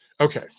Okay